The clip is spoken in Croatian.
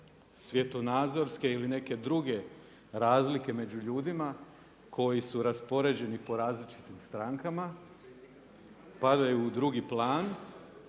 svjetonazorske ili neke druge razlike među ljudima koji su raspoređeni po različitim strankama padaju u drugi plan